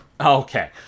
Okay